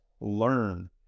learn